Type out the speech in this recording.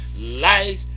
life